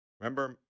Remember